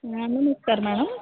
नमस्कार मॅडम